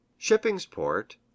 Shippingsport